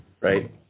Right